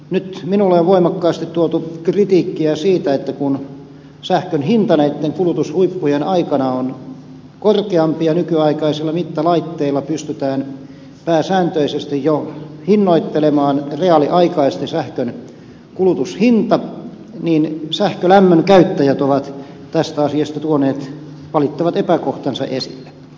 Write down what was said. nyt minulle on tuotu voimakasta kritiikkiä siitä että kun sähkön hinta näitten kulutushuippujen aikana on korkeampi ja nykyaikaisilla mittalaitteilla pystytään jo pääsääntöisesti hinnoittelemaan reaaliaikaisesti sähkönkulutushinta niin sähkölämmön käyttäjät ovat tästä asiasta tuoneet valittavat epäkohtansa esille